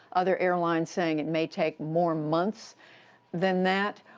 other airlines saying it may take more months than that.